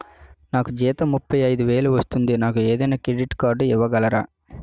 నాకు జీతం ముప్పై ఐదు వేలు వస్తుంది నాకు ఏదైనా క్రెడిట్ కార్డ్ ఇవ్వగలరా?